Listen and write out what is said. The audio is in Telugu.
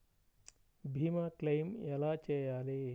భీమ క్లెయిం ఎలా చేయాలి?